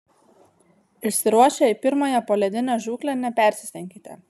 išsiruošę į pirmąją poledinę žūklę nepersistenkite